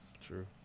True